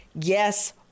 Yes